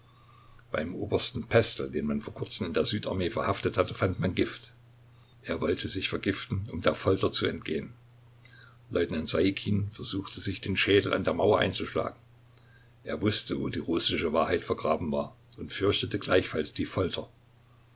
beim obersten pestel den man vor kurzem in der südarmee verhaftet hatte fand man gift er wollte sich vergiften um der folter zu entgehen leutnant saikin versuchte sich den schädel an der mauer einzuschlagen er wußte wo die russische wahrheit vergraben war und fürchtete gleichfalls die folter